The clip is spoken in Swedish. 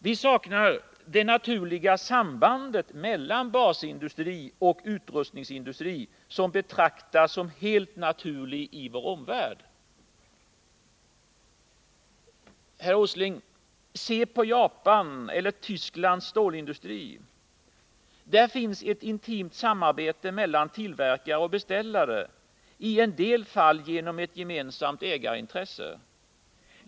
Vi saknar det naturliga sambandet mellan basindustri och utrustningsindustri som betraktas som helt naturligt i vår omvärld. Herr Åsling, se på Japans eller Tysklands stålindustri. Där finns ett intimt samarbete mellan tillverkare och beställare, i en del fall genom ett gemensamt ägarintresse.